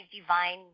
divine